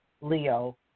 Leo